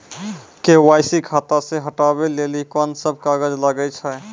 KYC खाता से हटाबै लेली कोंन सब कागज लगे छै?